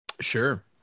sure